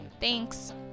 Thanks